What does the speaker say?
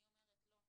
אני אומרת, לא,